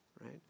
right